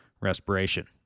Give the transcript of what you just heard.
respiration